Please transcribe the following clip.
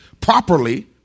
Properly